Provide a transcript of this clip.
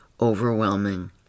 overwhelming